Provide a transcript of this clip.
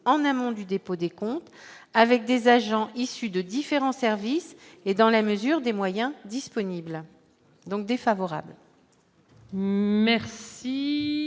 en amont du dépôt des comptes avec des agents issus de différents services et dans la mesure des moyens disponibles donc défavorable. Merci